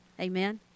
Amen